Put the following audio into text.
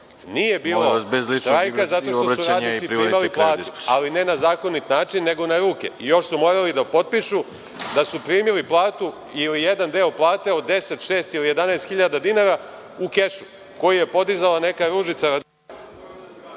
nije bilo štrajka zato što su radnici primali platu, ali ne na zakonit način, nego na ruke, i još su morali da potpišu da su primili platu ili jedan deo plate od deset, šest ili jedanaest hiljada dinara u kešu, koji je podizala neka Ružica